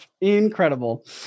incredible